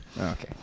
Okay